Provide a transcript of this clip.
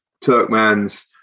Turkmen's